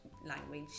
language